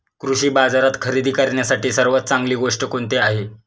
कृषी बाजारात खरेदी करण्यासाठी सर्वात चांगली गोष्ट कोणती आहे?